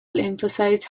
emphasized